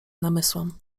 namysłom